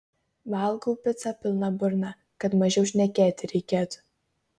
valgau picą pilna burna kad mažiau šnekėti reikėtų